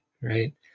right